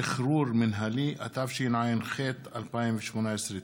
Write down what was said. (שחרור מינהלי), התשע"ח 2018. תודה.